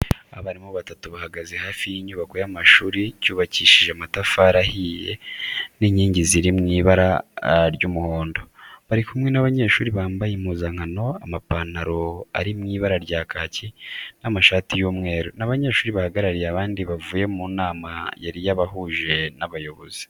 Abarimu batatu bahagaze hafi y'inyubako y'amashuri cyubakishije amatafari ahiye n'inkingi ziri mu ibara ry'umuhondo, bari kumwe n'abanyeshuri bambaye impuzankano, amapantaro ari mu ibara rya kaki n'amashati y'umweru. Ni abanyeshuri bahagarariye abandi bavuye mu nama yari yabahuje n'abayobozi.